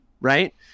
right